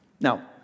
Now